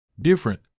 different